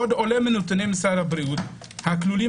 עוד עולה מהנתונים במשרד הבריאות הכלולים